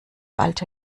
alte